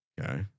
Okay